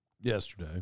yesterday